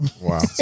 Wow